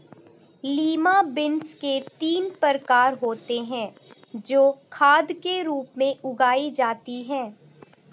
lima beans के तीन प्रकार होते हे जो खाद के रूप में उगाई जाती हें